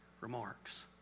remarks